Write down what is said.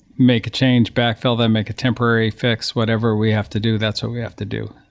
make a change, backfill that, make a temporary fix, whatever we have to do, that's what we have to do.